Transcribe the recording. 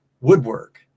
woodwork